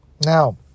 Now